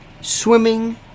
Swimming